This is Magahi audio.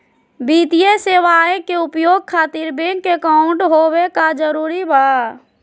वित्तीय सेवाएं के उपयोग खातिर बैंक अकाउंट होबे का जरूरी बा?